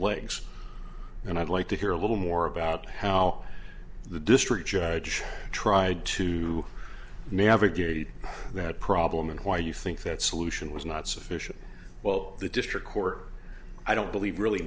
legs and i'd like to hear a little more about how the district judge tried to navigate that problem and why you think that solution was not sufficient well the district court i don't believe really